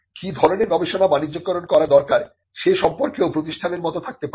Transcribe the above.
কি ধরনের গবেষণা বাণিজ্যকরন করা দরকার সে সম্পর্কেও প্রতিষ্ঠানের মত থাকতে পারে